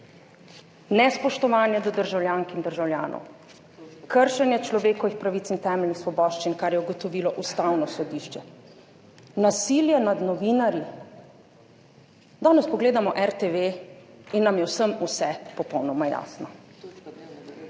nespoštovanje do državljank in državljanov, kršenje človekovih pravic in temeljnih svoboščin, kar je ugotovilo Ustavno sodišče, nasilje nad novinarji, danes pogledamo RTV in nam je vsem vse popolnoma jasno.